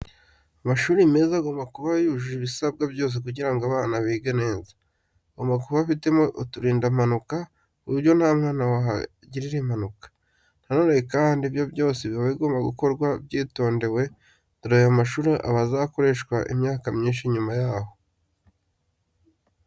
Amashuri meza agomba kuba yujuje ibisabwa byose kugira ngo abana bige neza. Agomba kuba afiteho uturindampanuka ku buryo nta mwana wahagirira impanuka. Nanone kandi, ibyo byose biba bigomba gukorwa byitondewe dore ayo mashuri aba azakoreshwa imyaka myinshi nyuma yaho.